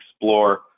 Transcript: explore